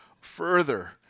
further